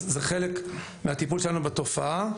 אז זה חלק מהטיפול שלנו בתופעה.